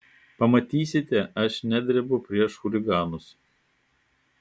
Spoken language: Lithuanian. pamatysite aš nedrebu prieš chuliganus